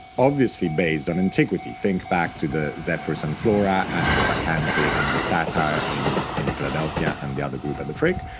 obviously based on antiquity. think back to the zephyrus and flora, and the bacchante and the satyr in in philadelphia, and the other group at the frick.